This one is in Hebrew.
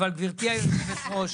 לא, ש"ס שלחו את מקלב...